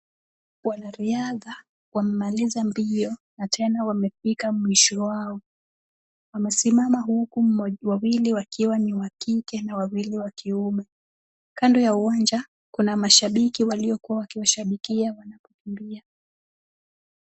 Waanariadha wamemaliza mbio na tena wamefika mwisho wao. Wamesimama huku wawili wakiwa ni wa kike na wawili wa kiume. Kando ya uwanja kuna mashabiki waliokuwa wakiwashabikia wanapokimbia.